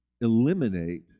eliminate